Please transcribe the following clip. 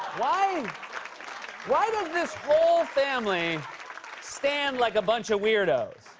why why does this whole family stand like a bunch of weirdos?